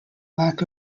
lack